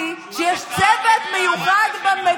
חבר הכנסת קרעי, בוא, בוא,